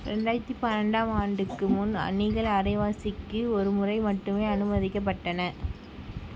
ரெண்டாயிரத்தி பன்னெண்டாம் ஆண்டுக்கு முன் அணிகள் அரைவாசிக்கு ஒரு முறை மட்டுமே அனுமதிக்கப்பட்டன